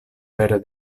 pere